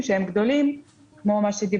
הגדולים שפורסמו והחלטות הממשלה שאני יודע